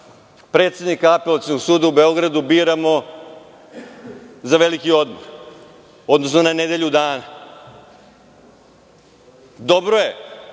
predsednika Apelacionog suda u Beogradu, biramo za veliki odmor, odnosno na nedelju dana. Dobro je